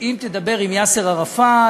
אם תדבר עם יאסר ערפאת,